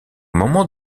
moment